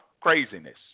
craziness